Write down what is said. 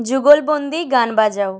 যুগলবন্দি গান বাজাও